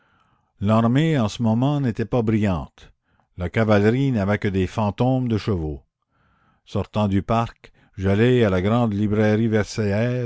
l'armée en ce moment n'était pas brillante la cavalerie n'avait que des fantômes de chevaux sortant du parc j'allai à une grande librairie